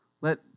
let